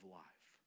life